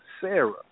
Sarah